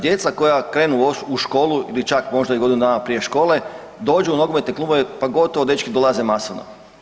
Djeca koja krenu u školu ili čak možda i godinu dana prije škole, dođu u nogometne klubove, pa gotovo dečki dolaze masovno.